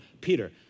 Peter